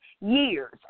years